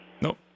Nope